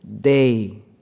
day